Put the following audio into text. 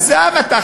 קריאות: איציק,